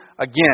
again